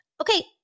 Okay